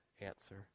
answer